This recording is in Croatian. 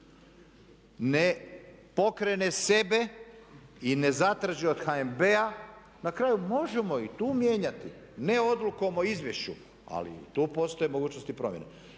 ne pokrene sebe i ne zatraži od HNB-a, na kraju možemo i tu mijenjati ne odlukom o izvješću ali i tu postoje mogućnosti promjene,